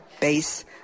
base